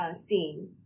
scene